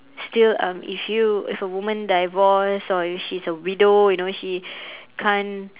still um if you if a woman divorce or if she's a widow you know she can't